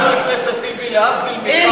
זה, חבר הכנסת טיבי, להבדיל ממך, אני